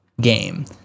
game